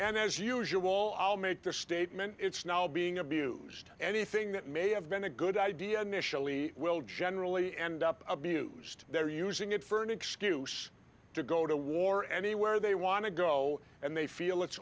and as usual i'll make the statement it's now being abused anything that may have been a good idea michel we will generally end up abused they're using it for an excuse to go to war anywhere they want to go and they feel it's